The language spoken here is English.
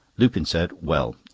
lupin said well,